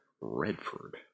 Redford